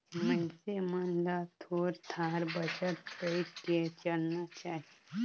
मइनसे मन ल थोर थार बचत कइर के चलना चाही